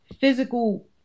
physical